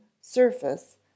surface